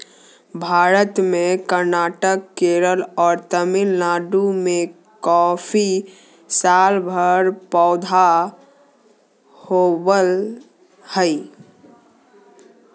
भारत में कर्नाटक, केरल आरो तमिलनाडु में कॉफी सालभर पैदा होवअ हई